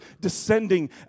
descending